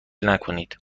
نکنید